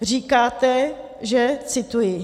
Říkáte, že cituji: